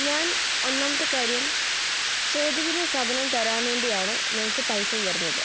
ഞാൻ ഒന്നാമത്തെ കാര്യം ചോദിക്കുന്ന സാധനം തരാൻ വേണ്ടിയാണ് നിങ്ങൾക്ക് പൈസ തരുന്നത്